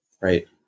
right